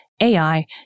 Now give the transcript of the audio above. AI